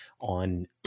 on